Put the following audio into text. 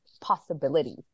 possibility